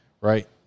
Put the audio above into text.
right